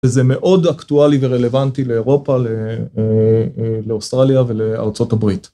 וזה מאוד אקטואלי ורלוונטי לאירופה, לאוסטרליה ולארה״ב.